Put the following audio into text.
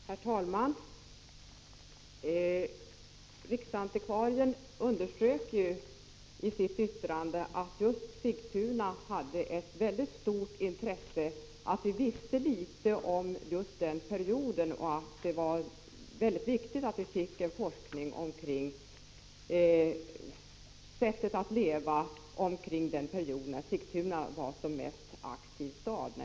Herr talman! Riksantikvarien underströk i sitt yttrande att just Sigtuna var av mycket stort intresse och att vi visste litet om den period som det här var fråga om. Det är mycket viktigt, menade han, att vi får en forskning kring sättet att leva under denna period då staden Sigtuna var som mest aktiv.